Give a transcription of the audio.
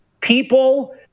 people